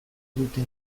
dute